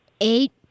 Eight